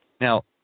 now